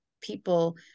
people